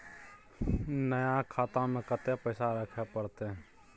नया खाता में कत्ते पैसा रखे परतै?